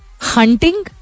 Hunting